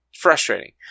frustrating